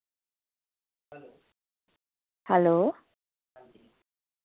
hello